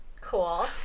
cool